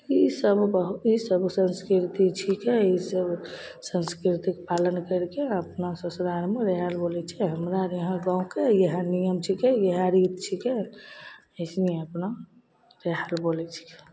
ईसब हम कहब ईसब संस्कृति छिकै ई सब संस्कृतिके पालन करिके अपना ससुरारमे रहैले बोलै छिए हमरा यहाँ गामके इएह नियम छिकै इएह रीत छिकै अइसने अपना रहैले बोलै छिकै